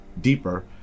deeper